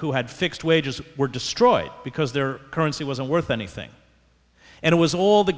who had fixed wages were destroyed because their currency wasn't worth anything and it was all the